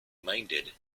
minded